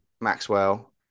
maxwell